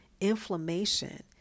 inflammation